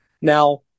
Now